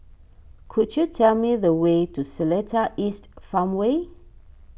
could you tell me the way to Seletar East Farmway